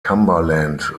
cumberland